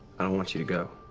i don't want you to go.